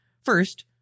First